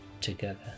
together